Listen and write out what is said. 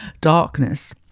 darkness